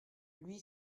lui